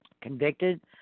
convicted